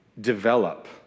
develop